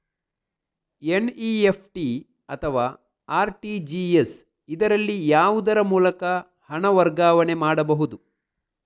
NEFT ಅಥವಾ RTGS, ಇದರಲ್ಲಿ ಯಾವುದರ ಮೂಲಕ ಹಣ ವರ್ಗಾವಣೆ ಮಾಡಬಹುದು?